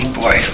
boy